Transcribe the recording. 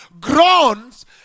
groans